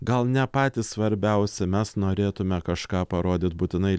gal ne patį svarbiausią mes norėtume kažką parodyt būtinai